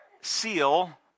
seal